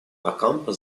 окампо